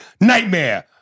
nightmare